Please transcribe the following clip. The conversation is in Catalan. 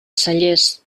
cellers